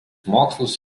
mokslus